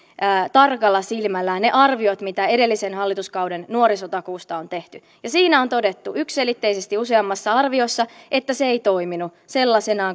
tarkalla silmällä ne arviot mitä edellisen hallituskauden nuorisotakuusta on tehty ja siinä on todettu yksiselitteisesti useammassa arviossa että se ei toiminut sellaisena